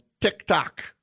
TikTok